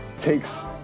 takes